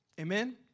Amen